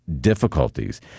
difficulties